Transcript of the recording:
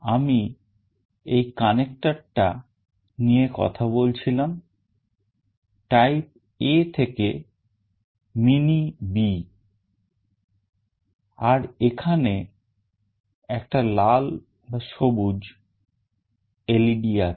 আমি এই connector টা নিয়ে কথা বলছিলাম type A থেকে mini B আর এখানে একটা লাল সবুজ LED আছে